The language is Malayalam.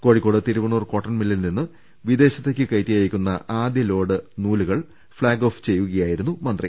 കോഴിക്കോട് തിരു വണ്ണൂർ കോട്ടൺമില്ലിൽ നിന്നും വിദേശത്തേക്ക് കയറ്റി അയക്കു ന്ന ആദ്യ ലോഡ് ഫ്ളാഗ് ഓഫ് ചെയ്യുകയായിരുന്നു മന്ത്രി